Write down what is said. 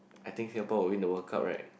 I think Singapore will win the World Cup right